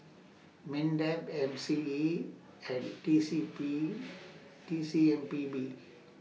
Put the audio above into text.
Mindef M C E and T C P T C M P B